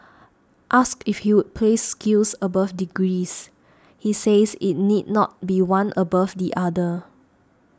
asked if he would place skills above degrees he says it need not be one above the other